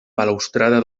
balustrada